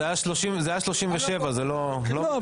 זה היה 37. לא,